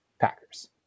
Packers